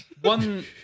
one